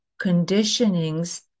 conditionings